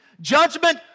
Judgment